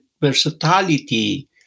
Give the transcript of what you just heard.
versatility